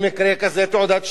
במקרה כזה, תעודת שליש,